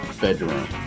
bedroom